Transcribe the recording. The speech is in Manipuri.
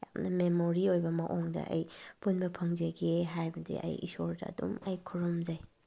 ꯌꯥꯝꯅ ꯃꯦꯃꯣꯔꯤ ꯑꯣꯏꯕ ꯃꯑꯣꯡꯗ ꯑꯩ ꯄꯨꯟꯕ ꯐꯪꯖꯒꯦ ꯍꯥꯏꯕꯗꯤ ꯑꯩ ꯏꯁꯣꯔꯗ ꯑꯗꯨꯝ ꯑꯩ ꯈꯨꯔꯨꯝꯖꯩ